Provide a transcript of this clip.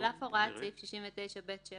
על אף הוראת סעיף 69ב7(1),